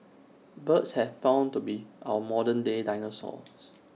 birds have been found to be our modern day dinosaurs